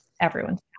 everyone's